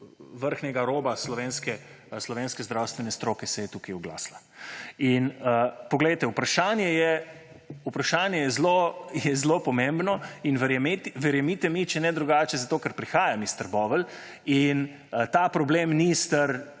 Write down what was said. vrhnjega roba slovenske zdravstvene stroke se je tukaj oglasilo. Vprašanje je zelo pomembno, verjemite mi, če ne drugače, zato ker prihajam iz Trbovelj in ta problem ni star